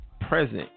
Present